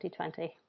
2020